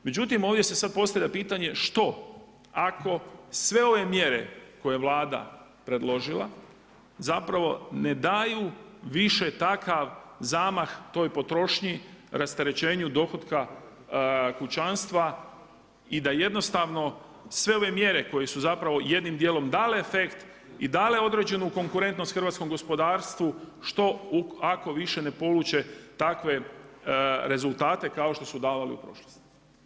Međutim, ovdje se sada postavlja pitanje što ako sve ove mjere koje Vlada predložila zapravo ne daju više takav zamah toj potrošnji, rasterećenju dohotka kućanstva i da jednostavno sve ove mjere, koje su zapravo jedim dijelom dale efekt, i dale određenu konkurentnost hrvatskom gospodarstvu, što ako više ne poluče takve rezultate kao što su davali u prošlosti.